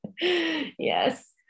Yes